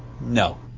No